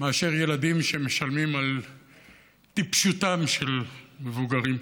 מילדים שמשלמים על טיפשותם של מבוגרים.